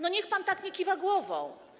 No, niech pan tak nie kiwa głową.